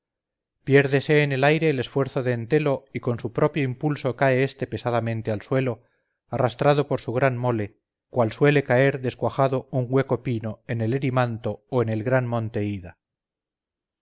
cuerpo piérdese en el aire el esfuerzo de entelo y con su propio impulso cae este pesadamente al suelo arrastrado por su gran mole cual suele caer descuajado un hueco pino en el erimanto o en el gran monte ida